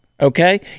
Okay